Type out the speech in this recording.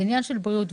זה עניין של בריאות.